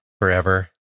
forever